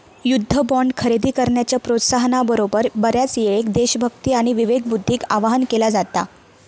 युद्ध बॉण्ड खरेदी करण्याच्या प्रोत्साहना बरोबर, बऱ्याचयेळेक देशभक्ती आणि विवेकबुद्धीक आवाहन केला जाता